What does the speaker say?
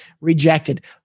rejected